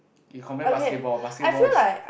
you compare basketball basketball is